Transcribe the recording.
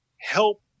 help